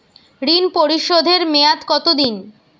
ঋণ পরিশোধের মেয়াদ কত দিন?